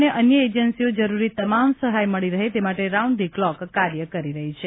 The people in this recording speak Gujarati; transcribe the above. અને અન્ય એજન્સીઓ જરૂરી તમામ સહાય મળી રહે તે માટે રાઉન્ડ ધી ક્લોક કાર્ય કરી રહી છે